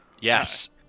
yes